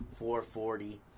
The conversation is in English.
440